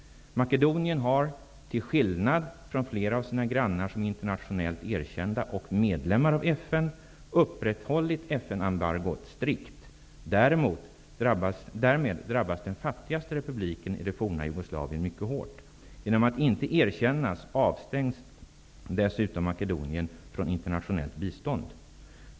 Makedonien har till skillnad från flera av sina grannar, som är internationellt erkända och medlemmar av FN, upprätthållit FN-embargot strikt. Därmed drabbas den fattigaste republiken i det forna Jugoslavien mycket hårt. Genom att inte erkännas avstängs dessutom Makedonien från internationellt bistånd.